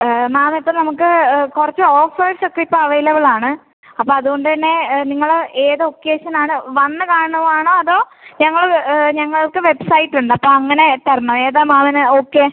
മാം ഇപ്പോൾ നമുക്ക് കുറച്ച് ഓഫേർസ് ഒക്കെ ഇപ്പോൾ അവൈലബിൾ ആണ് അപ്പോൾ അതുകൊണ്ട് തന്നെ നിങ്ങൾ ഏത് ഒക്കേഷൻ ആണ് വന്ന് കാണുകയാണോ അതോ ഞങ്ങൾ ഞങ്ങൾക്ക് വെബ്സൈറ്റ് ഉണ്ട് അപ്പോൾ അങ്ങനെ തരണോ ഏതാണ് മാമിന് ഓക്കെ